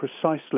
precisely